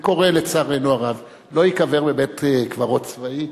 וקורה, לצערנו הרב, לא ייקבר בבית-קברות צבאי?